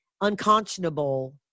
unconscionable